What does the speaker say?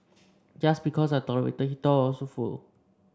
just because I tolerated he thought I was a fool